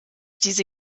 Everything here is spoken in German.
diese